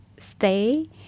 Stay